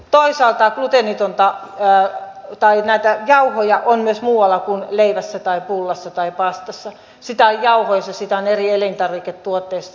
toisaalta jauhoja on myös muualla kuin leivässä tai pullassa tai pastassa niitä on eri elintarviketuotteissa